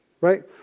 right